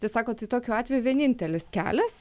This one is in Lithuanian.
tai sako tai tokiu atveju vienintelis kelias